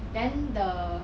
then the